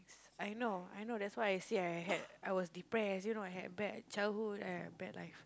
I know I know that's why I said I had I was depressed you know I had bad childhood I had a bad life